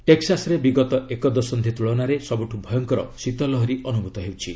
ଟେକ୍ସାସ୍ରେ ବିଗତ ଏକଦଶନ୍ଧି ତୁଳନାରେ ସବୁଠୁ ଭୟଙ୍କର ଶୀତଲହରୀ ଅନୁଭ୍ତ ହେଉଛି